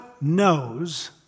knows